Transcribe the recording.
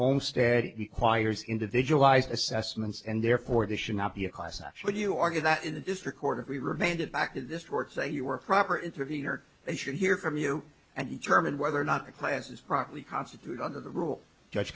the choir's individualized assessments and therefore this should not be a class actually do you argue that in the district court if we remained it back to this court say you were a proper interviewer they should hear from you and the term and whether or not the class is properly constituted under the rule judge